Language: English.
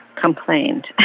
complained